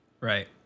Right